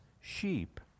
sheep